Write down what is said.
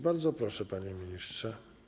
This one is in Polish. Bardzo proszę, panie ministrze.